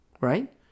Right